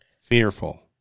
fearful